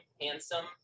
handsome